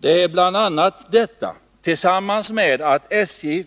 Vidare